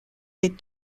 des